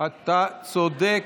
אתה צודק,